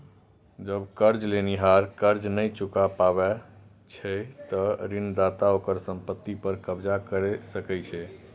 जब कर्ज लेनिहार कर्ज नहि चुका पाबै छै, ते ऋणदाता ओकर संपत्ति पर कब्जा कैर सकै छै